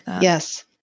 Yes